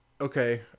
okay